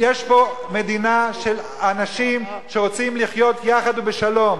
יש פה מדינה של אנשים שרוצים לחיות יחד בשלום.